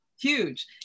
Huge